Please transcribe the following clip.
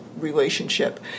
Relationship